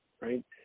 right